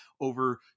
over –